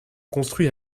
construits